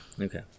okay